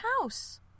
house